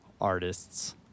artists